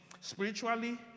Spiritually